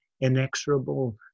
inexorable